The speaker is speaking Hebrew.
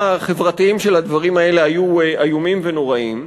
החברתיים של הדברים האלה היו איומים ונוראים.